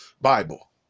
Bible